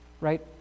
Right